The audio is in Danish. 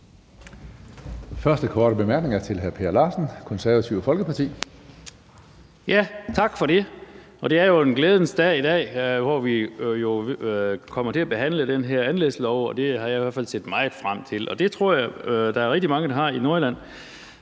Første korte bemærkning er til hr. Per Larsen, Det Konservative Folkeparti. Kl. 17:15 Per Larsen (KF): Tak for det. Det er jo en glædens dag i dag, hvor vi kommer til at behandle den her anlægslov. Det har jeg i hvert fald set meget frem til, og det tror jeg at der er rigtig mange der har i Nordjylland.